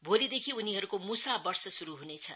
भोलिदेखि उनीहरूको मुसा वर्ष श्रु ह्नेछ